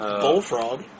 bullfrog